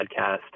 Podcast